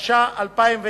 התש"ע 2009,